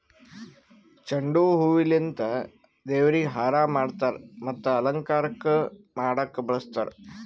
ಚೆಂಡು ಹೂವಿಲಿಂತ್ ದೇವ್ರಿಗ್ ಹಾರಾ ಮಾಡ್ತರ್ ಮತ್ತ್ ಅಲಂಕಾರಕ್ಕ್ ಮಾಡಕ್ಕ್ ಬಳಸ್ತಾರ್